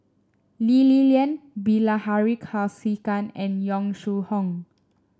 Lee Li Lian Bilahari Kausikan and Yong Shu Hoong